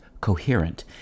coherent